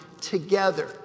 together